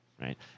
right